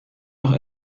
doch